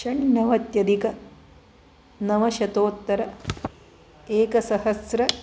षन्नवत्यधिकनवशतोत्तर एकसहस्र